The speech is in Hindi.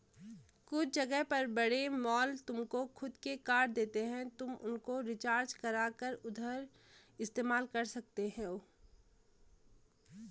कुछ जगह पर बड़े मॉल तुमको खुद के कार्ड देते हैं तुम उनको रिचार्ज करा कर उधर इस्तेमाल कर सकते हो